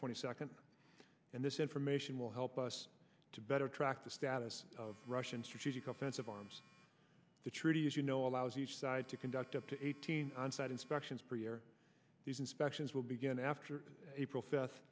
twenty second and this information will help us to better track the status of russian strategic offensive arms the treaty as you know allows each side to conduct up to eighteen onsite inspections per year these inspections will begin after april f